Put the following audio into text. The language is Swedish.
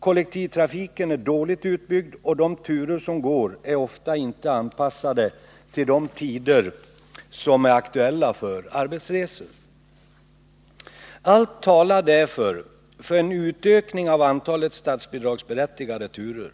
Kollektivtrafiken är dåligt utbyggd, och de turer som går är ofta inte anpassade till de tider som är aktuella för arbetsresor. Allt talar därför för en utökning av antalet statsbidragsberättigade turer.